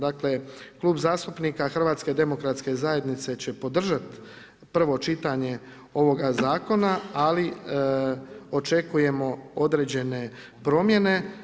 Dakle, Klub zastupnika HDZ-a će podržati prvo čitanje ovoga zakona, ali očekujemo određene promjene.